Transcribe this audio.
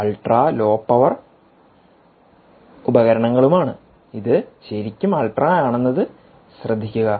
ഇവ ultra low power ഉപകരണങ്ങളുമാണ് ഇത് ശരിക്കും അൾട്രാ ആണെന്നത് ശ്രദ്ധിക്കുക